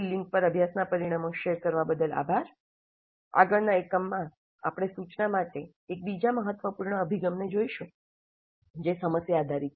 com પર અભ્યાસનાંનાં પરિણામો શેર કરવા બદલ આભાર આગળના એકમમાં આપણે સૂચના માટે એક બીજા મહત્વપૂર્ણ અભિગમને જોશું જે સમસ્યા આધારિત છે